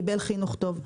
קיבל חינוך טוב,